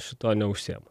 šituo neužsiėma